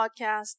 Podcast